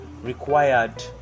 required